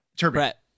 Brett